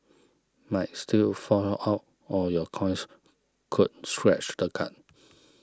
might still fall out or your coins could scratch the card